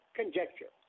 conjecture